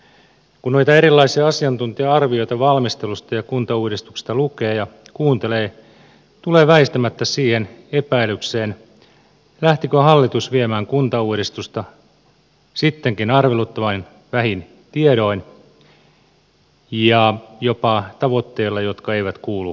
kun noita erilaisia asiantuntija arvioita valmistelusta ja kuntauudistuksesta lukee ja kuuntelee tulee väistämättä siihen epäilykseen lähtikö hallitus viemään kuntauudistusta sittenkin arveluttavan vähin tiedoin ja jopa tavoitteilla jotka eivät kuulu kuntauudistukseen